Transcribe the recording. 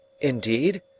Indeed